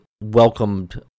welcomed